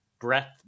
Breath